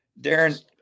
Darren –